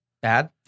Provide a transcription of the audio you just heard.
Bad